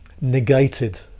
negated